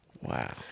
Wow